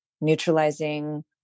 Neutralizing